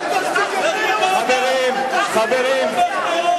חברים, חברים.